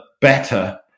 better